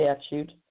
Statute